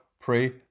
pray